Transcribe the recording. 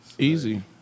Easy